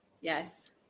Yes